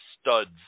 studs